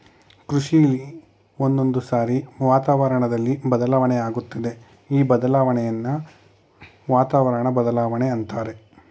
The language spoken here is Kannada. ಕೃಷಿಲಿ ಒಂದೊಂದ್ಸಾರಿ ವಾತಾವರಣ್ದಲ್ಲಿ ಬದಲಾವಣೆ ಆಗತ್ತೆ ಈ ಬದಲಾಣೆನ ವಾತಾವರಣ ಬದ್ಲಾವಣೆ ಅಂತಾರೆ